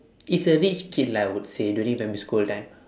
is a rich kid lah I would say during primary school time